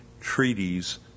treaties